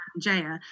Jaya